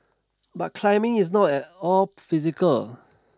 but climbing is not at all physical